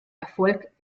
erfolg